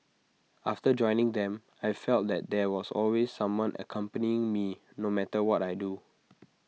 after joining them I felt that there was always someone accompanying me no matter what I do